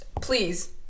please